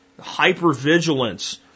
hypervigilance